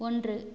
ஒன்று